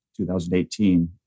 2018